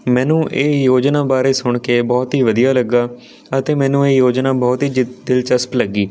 ਮੈਨੂੰ ਇਹ ਯੋਜਨਾ ਬਾਰੇ ਸੁਣ ਕੇ ਬਹੁਤ ਹੀ ਵਧੀਆ ਲੱਗਾ ਅਤੇ ਮੈਨੂੰ ਇਹ ਯੋਜਨਾ ਬਹੁਤ ਹੀ ਦਿਲਚਸਪ ਲੱਗੀ